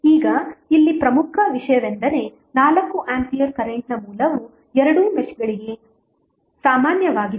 ಈಗ ಇಲ್ಲಿ ಪ್ರಮುಖ ವಿಷಯವೆಂದರೆ 4 ಆಂಪಿಯರ್ ಕರೆಂಟ್ನ ಮೂಲವು ಎರಡೂ ಮೆಶ್ಗಳಿಗೆ ಸಾಮಾನ್ಯವಾಗಿದೆ